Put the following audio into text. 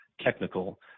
technical